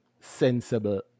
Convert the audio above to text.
sensible